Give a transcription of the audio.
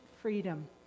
freedom